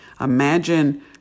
Imagine